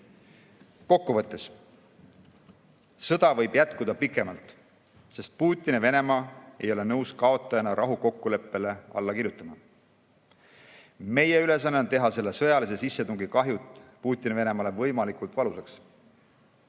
Kokkuvõtteks. Sõda võib jätkuda pikemalt, sest Putini Venemaa ei ole nõus kaotajana rahukokkuleppele alla kirjutama. Meie ülesanne on teha selle sõjalise sissetungi kahju Putini Venemaale võimalikult valusaks.